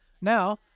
Now